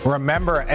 Remember